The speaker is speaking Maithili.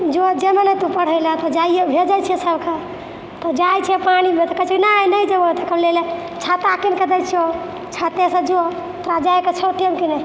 जौ जेमय नै तों पढ़ैले तऽ जाइयै भेजै छियै सभके पढ़ैले तऽ जाइ छै पानिमे कहै छै नहि नहि जेबौ तऽ कहै छियै छाता किनके दै छियौ छातेसँ जॅं तोरा जाइ के छौ